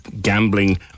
Gambling